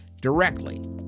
directly